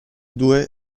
due